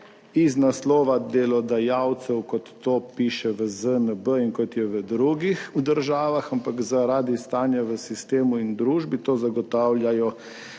iz naslova delodajalcev, kot to piše v ZNB in kot je v drugih državah, ampak zaradi stanja v sistemu in družbi to zagotavljajo